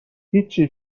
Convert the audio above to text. هیچی